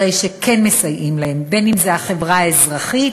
הרי כן מסייעים להם, אם החברה האזרחית,